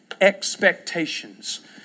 expectations